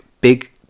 Big